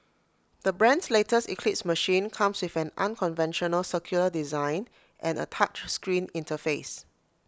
the brand's latest eclipse machine comes with an unconventional circular design and A touch screen interface